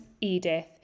Edith